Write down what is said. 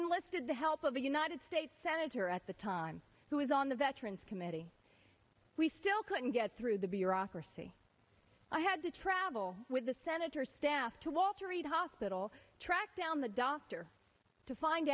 enlisted the help of the united states senator at the time who was on the veterans committee we still couldn't get through the bureaucracy i had to travel with the senator staff to walter reed hospital tracked down the doctor to find